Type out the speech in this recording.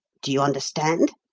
do you understand?